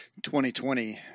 2020